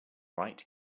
wright